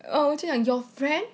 哦这样 your friend